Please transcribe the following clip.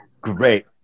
great